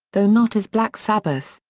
though not as black sabbath,